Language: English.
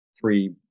three